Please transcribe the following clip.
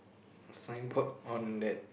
sign board on that